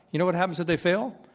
you know what happens if they fail?